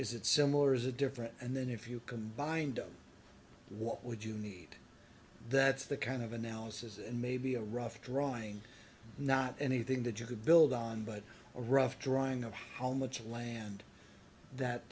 is it similar is it different and then if you combined what would you need that's the kind of analysis and maybe a rough drawing not anything that you could build on but a rough drawing of how much land that